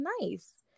nice